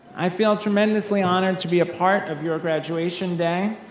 i feel tremendously honored to be a part of your graduation day.